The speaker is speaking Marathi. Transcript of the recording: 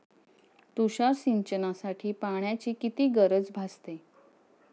तुषार सिंचनासाठी पाण्याची किती गरज भासते?